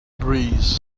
breeze